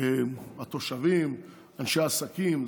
התושבים, אנשי עסקים.